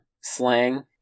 slang